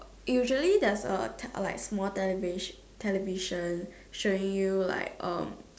usually there's a te~ like small televis~ television showing you like um